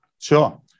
Sure